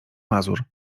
mazur